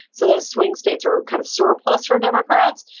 so those swing states are kind of surplus for democrats.